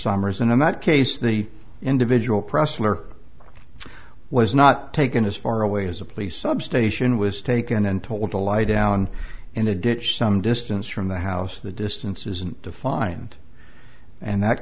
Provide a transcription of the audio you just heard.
summers and in that case the individual pressler was not taken as far away as a police substation was taken and told to lie down in a ditch some distance from the house the distance isn't defined and that